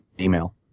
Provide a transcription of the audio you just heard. email